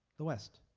the west.